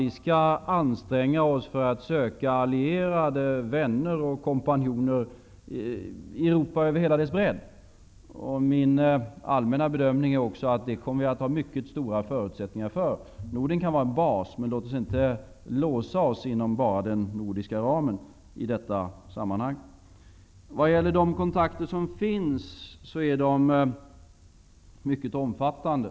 Vi skall anstränga oss för att söka allierade, vänner och kompanjoner i Europa, över hela dess bredd. Min allmänna bedömning är att vi kommer att ha mycket stora förutsättningar för det. Norden kan vara en bas, men låt oss inte låsa oss inom den nordiska ramen i detta sammanhang. De kontakter som finns är mycket omfattande.